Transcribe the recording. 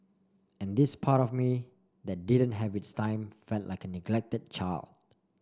and this part of me that didn't have its time felt like a neglected child